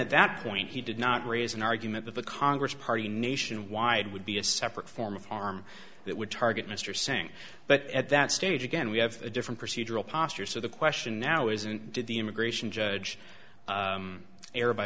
at that point he did not raise an argument that the congress party nationwide would be a separate form of harm that would target mr singh but at that stage again we have a different procedural posture so the question now isn't did the immigration judge